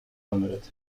limited